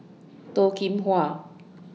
Toh Kim Hwa